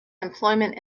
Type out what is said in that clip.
employment